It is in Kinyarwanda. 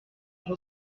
ngo